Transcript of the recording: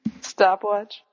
Stopwatch